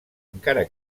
encara